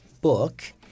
book